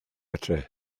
adre